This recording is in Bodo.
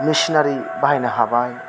मिसिनारि बाहायनो हाबाय